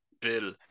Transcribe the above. bill